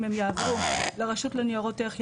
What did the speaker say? אם הם יעברו לרשות לניירות ערך,